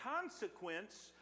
consequence